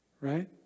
Right